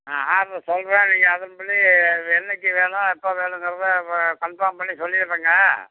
ஆ order சொல்கிறேன் நீங்கள் அதன்படி என்றைக்கு வேணும் எப்போ வேணுங்கிறதை ப கன்ஃபார்ம் பண்ணி சொல்லிடுறேங்க